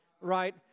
right